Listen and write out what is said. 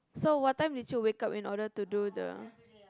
so what time did you wake up in order to do the